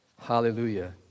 Hallelujah